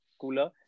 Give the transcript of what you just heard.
cooler